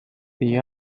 the